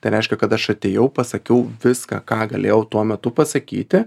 tai reiškia kad aš atėjau pasakiau viską ką galėjau tuo metu pasakyti